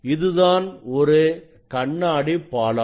இதுதான் ஒரு கண்ணாடிப் பாளம்